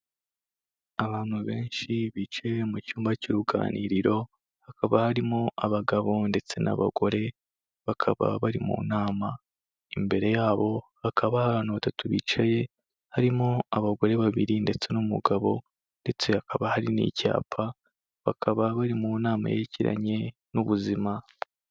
Abantu benshi, bicaye mu cyumba cy'uruganiriro, hakaba harimo abagabo ndetse n'abagore, bakaba bari mu nama, imbere yabo hakaba abantu batatu bicaye, harimo abagore babiri ndetse n'umugabo, ndetse hakaba hari n'icyapa, bakaba bari mu nama yerekeranye n'ubuzima.